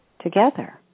together